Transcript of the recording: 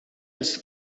els